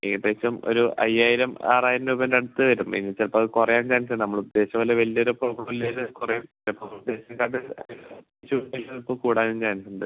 ഏകദേശം ഒരു അയ്യായിരം ആറായിരം രൂപേൻ്റെ അടുത്ത് വരും ഇനി ചിലപ്പോൾ അത് കുറയാൻ ചാൻസ് ഉണ്ട് നമ്മള് ഉദ്ദേശിച്ച പോലെ വലിയ ഇത് ഇപ്പം ഇല്ലേല് കുറയും ചെലപ്പം ഉദ്ദേശിക്കാണ്ട് ചിലപ്പം കൂടാനും ചാൻസ് ഉണ്ട്